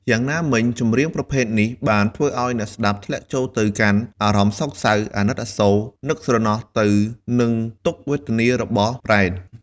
យ៉ាងណាមិញ ចម្រៀងប្រភេទនេះបានធ្វើឲ្យអ្នកស្តាប់ធ្លាក់ចូលទៅកាន់អារម្មណ៍សោកសៅ អាណិតអាសូរ នឹកស្រណោះទៅនឹងទុក្ខវេទនារបស់ប្រេត។